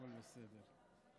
הכול בסדר.